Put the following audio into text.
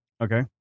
Okay